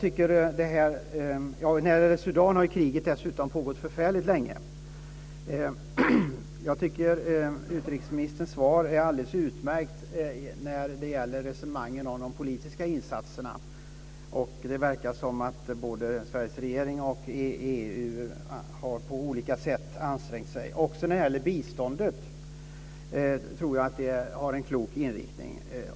I Sudan har kriget dessutom pågått förfärligt länge. Jag tycker att utrikesministerns svar är alldeles utmärkt när det gäller resonemangen om de politiska insatserna. Det verkar som att både Sveriges regering och EU på olika sätt har ansträngt sig och också när det gäller biståndet har en klok inriktning.